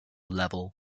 level